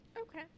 Okay